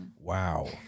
Wow